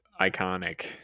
iconic